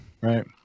Right